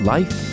Life